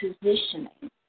positioning